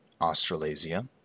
Australasia